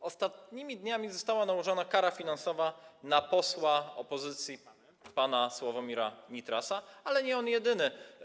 W ostatnich dniach została nałożona kara finansowa na posła opozycji pana Sławomira Nitrasa, ale on nie był jedyny.